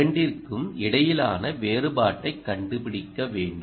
இரண்டிற்கும் இடையிலான வேறுபாட்டைக் கண்டுபிடிக்க வேண்டும்